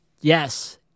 Yes